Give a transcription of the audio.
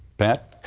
pat.